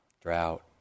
drought